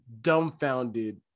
dumbfounded